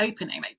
opening